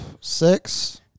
six